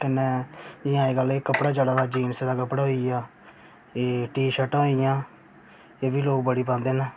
कन्नै जियां एह् गल्ल कपड़ा चला दा जीन्स दा कपड़ा होई गेआ एह् टी शर्टां होई गेइयां एह् बी लोक बड़ी पांदे न